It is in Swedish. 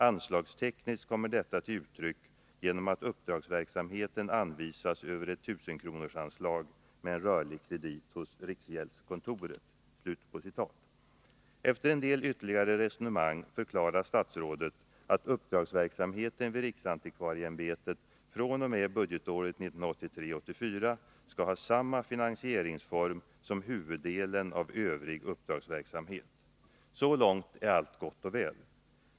Anslagstekniskt kommer detta till uttryck genom att uppdragsverksamheten anvisas över ett 1 000-kronorsanslag med en rörlig kredit hos riksgäldskontoret.” Efter en del ytterligare resonemang förklarar statsrådet att uppdragsverksamheten vid riksantikvarieämbetet fr.o.m. budgetåret 1983/84 skall ha samma finansieringsform som huvuddelen av övrig uppdragsverksamhet. Så långt är allt gott och väl.